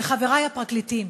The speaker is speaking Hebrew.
וחברי הפרקליטים,